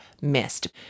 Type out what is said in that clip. missed